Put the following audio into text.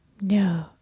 No